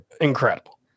Incredible